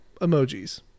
emojis